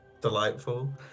delightful